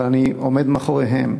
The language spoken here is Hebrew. אבל אני עומד מאחוריהם,